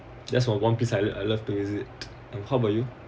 just one one place I I love to visit and how about you